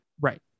Right